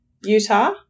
Utah